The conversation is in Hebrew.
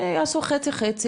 יעשו חצי חצי,